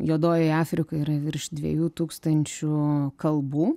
juodojoj afrikoj yra virš dviejų tūkstančių kalbų